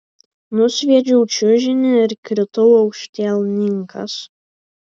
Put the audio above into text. nusviedžiau čiužinį ir kritau aukštielninkas